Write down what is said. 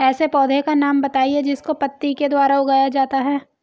ऐसे पौधे का नाम बताइए जिसको पत्ती के द्वारा उगाया जाता है